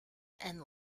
and